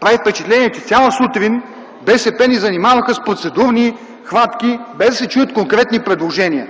прави впечатление, че цяла сутрин БСП ни занимаваха с процедурни хватки, без да се чуят конкретни предложения.